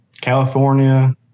California